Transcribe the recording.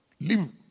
live